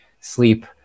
sleep